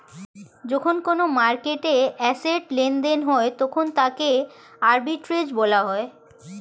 যখন কোনো মার্কেটে অ্যাসেট্ লেনদেন হয় তখন তাকে আর্বিট্রেজ বলা হয়